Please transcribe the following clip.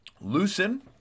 loosen